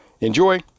Enjoy